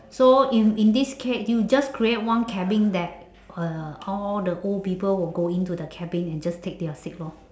so if in this case you just create one cabin that uh all the old people will go into the cabin and just take their seat lor